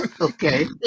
Okay